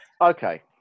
okay